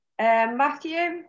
Matthew